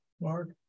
Mark